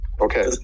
Okay